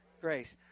Grace